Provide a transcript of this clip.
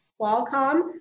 Qualcomm